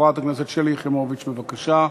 חברת הכנסת שלי יחימוביץ, בבקשה.